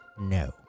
No